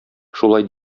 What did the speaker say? шулай